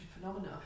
phenomena